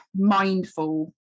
mindful